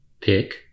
pick